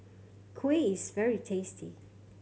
kuih is very tasty